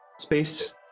space